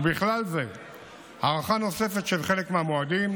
ובכלל זה הארכה נוספת של חלק מהמועדים,